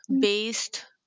based